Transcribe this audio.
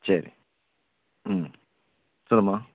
சரி ம் சொல்லும்மா